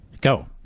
Go